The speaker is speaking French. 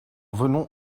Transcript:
venons